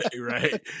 right